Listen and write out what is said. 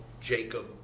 Jacob